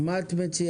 מה את מציעה?